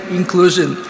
inclusion